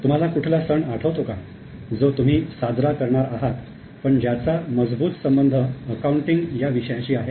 तुम्हाला कुठला सण आठवतो का जो तुम्ही साजरा करणार आहात पण ज्याचा मजबूत संबंध 'अकाउंटिंग' या विषयाशी आहे